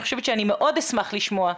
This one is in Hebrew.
אני מאוד אשמח לשמוע,